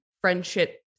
friendship